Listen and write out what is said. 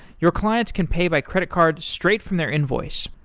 your clients can pay by credit card straight from their invoice.